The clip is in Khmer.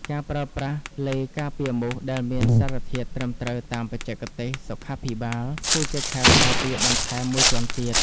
ការប្រើប្រាស់ឡេការពារមូសដែលមានសារធាតុត្រឹមត្រូវតាមបច្ចេកទេសសុខាភិបាល គឺជាខែលការពារបន្ថែមមួយជាន់ទៀត។